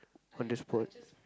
on the spot